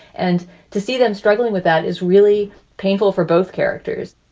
and to see them struggling with that is really painful for both characters.